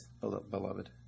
beloved